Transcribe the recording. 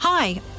Hi